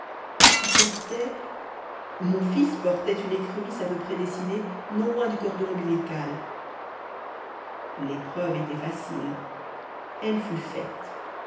tu portais mon fils portait une écrevisse à peu près dessinée non loin du cordon ombilical l'épreuve était facile elle fut faite